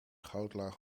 goudlaag